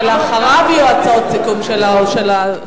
שלאחריו יהיו הצעות סיכום של הסיעות.